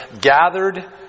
Gathered